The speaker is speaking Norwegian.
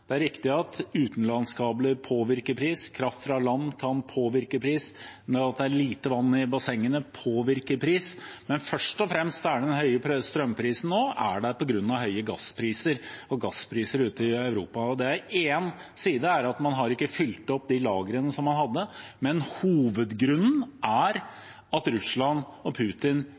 Det er riktig at utenlandskabler påvirker pris, at kraft fra land kan påvirke pris, og at det er lite vann i bassengene påvirker pris, men først og fremst er den høye strømprisen der nå på grunn av høye gasspriser ute i Europa. En side er at man ikke har fylt opp de lagrene som man hadde, men hovedgrunnen er at Russland og Putin